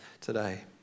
today